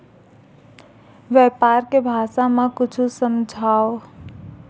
व्यापार के बारे म कुछु समझाव?